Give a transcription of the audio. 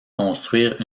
construire